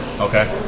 Okay